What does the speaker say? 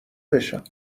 بشم